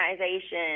organization